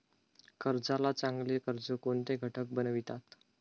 कर्जाला चांगले कर्ज कोणते घटक बनवितात?